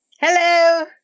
Hello